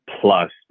plus